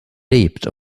lebt